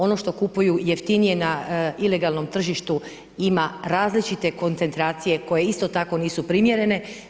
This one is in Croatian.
Ono što kupuju jeftinije na ilegalnom tržištu, ima različite koncentracije koje isto tako nisu primjerene.